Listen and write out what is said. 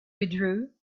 withdrew